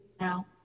now